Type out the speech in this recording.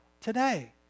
today